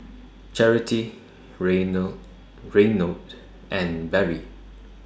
Charity Reynold and Barry